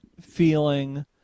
feeling